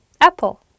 apple